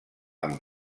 amb